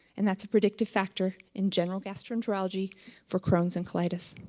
and that's a predictive factor in general gastroenterology for crohn's and colitis.